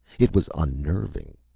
it was unnerving.